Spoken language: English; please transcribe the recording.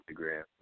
Instagram